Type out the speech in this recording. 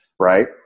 right